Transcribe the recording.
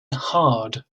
hard